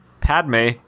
Padme